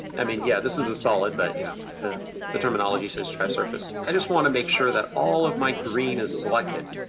i mean, yeah, this is a solid, but you know the the terminology says drive surface. i just wanna make sure that all of my green is selected.